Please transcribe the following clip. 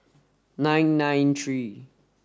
nine nine three